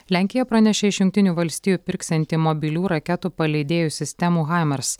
lenkija pranešė iš jungtinių valstijų pirksianti mobilių raketų paleidėjų sistemų haimars